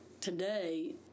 today